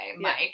Mike